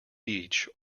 beech